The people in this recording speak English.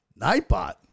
Nightbot